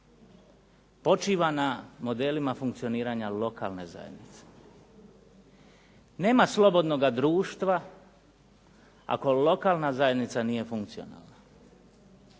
počiva na modelima funkcioniranja lokalne zajednice. Nema slobodnoga društva ako lokalna zajednica nije funkcionalna.